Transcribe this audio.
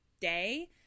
day